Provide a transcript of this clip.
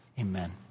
Amen